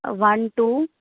one two